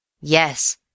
Yes